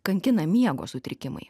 kankina miego sutrikimai